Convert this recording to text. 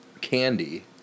candy